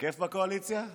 כיף בקואליציה?